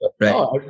Right